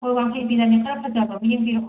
ꯍꯣꯏ ꯋꯥꯡꯈꯩ ꯐꯤꯗꯅꯦ ꯈꯔ ꯐꯖꯕ ꯑꯃ ꯌꯦꯡꯕꯤꯔꯛꯑꯣ